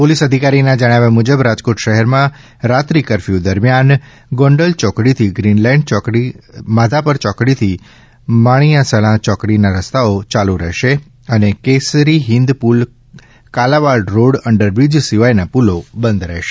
police અધિકારીના જણાવ્યા મુજબ રાજકોટ શહેરમાં કરફયુ દરમિયાન ગોંડલ ચોકડીથી ગ્રીનલેન્ડ ચોકડી માધાપર ચોકડીથી માલિયાસણ ચોકડીના રસ્તાઓ યાલુ રહેશે અને કેસરી હિન્દ પુલ કાલાવાડ રોડ અંડરબ્રિજ સિવાયના પુલો બંધ રહેશે